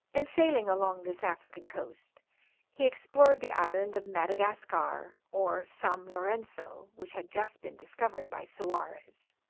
in sailing along this african coast he explored the island of madagascar or sam-lorenzo, which had just been discovered by soarez,